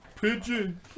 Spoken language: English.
Pigeon